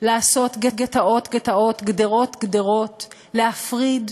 לעשות גטאות-גטאות, גדרות-גדרות, להפריד,